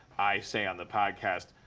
i'd say on the podcast,